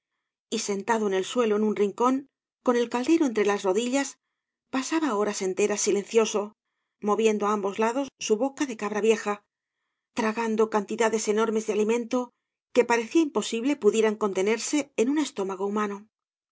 y sentado en el suelo en un rincón con el caldero entre las rodillas pasaba horas enteras silencioso moviendo á ambos lados su boca de cabra viej tragando cantidades enorcañas t barro mea de alimento que parecía imposible pudierau contenerse en un estómago humano